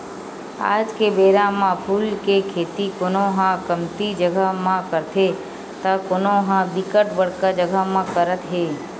आज के बेरा म फूल के खेती कोनो ह कमती जगा म करथे त कोनो ह बिकट बड़का जगा म करत हे